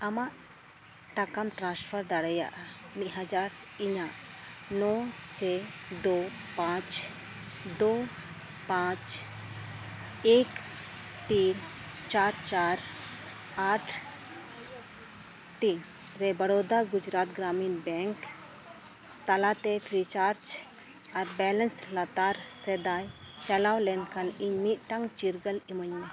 ᱟᱢ ᱴᱟᱠᱟᱢ ᱴᱨᱟᱱᱥᱯᱷᱟᱨ ᱫᱟᱲᱮᱭᱟᱜᱼᱟ ᱢᱤᱫ ᱦᱟᱡᱟᱨ ᱤᱧᱟᱹᱜ ᱱᱚ ᱪᱷᱮᱭ ᱫᱳ ᱯᱟᱸᱪ ᱫᱳ ᱯᱟᱸᱪ ᱮᱠ ᱛᱤᱱ ᱪᱟᱨ ᱪᱟᱨ ᱟᱴ ᱛᱤᱱ ᱨᱮ ᱵᱚᱨᱳᱫᱟ ᱜᱩᱡᱽᱨᱟᱴ ᱜᱨᱟᱢᱤᱱ ᱵᱮᱝᱠ ᱛᱟᱞᱟᱛᱮ ᱯᱷᱨᱤᱪᱟᱨᱡᱽ ᱟᱨ ᱵᱮᱞᱮᱱᱥ ᱞᱟᱛᱟᱨ ᱥᱮᱫ ᱪᱟᱞᱟᱣ ᱞᱮᱱᱠᱷᱟᱱ ᱤᱧ ᱢᱤᱫᱴᱟᱝ ᱪᱤᱨᱜᱟᱹᱞ ᱤᱢᱟᱹᱧ ᱢᱮ